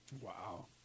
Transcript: Wow